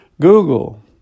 Google